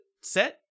set